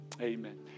Amen